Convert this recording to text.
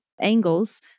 angles